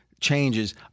changes